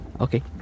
okay